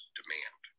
demand